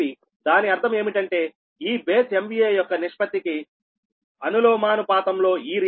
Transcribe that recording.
6 KVదాని అర్థం ఏమిటంటే ఈ బేస్ MVA యొక్క నిష్పత్తికి అనులోమానుపాతంలో ఈ రియాక్టన్స్ మారుతుంది